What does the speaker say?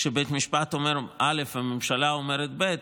כשבית המשפט אומר אל"ף, והממשלה אומרת בי"ת,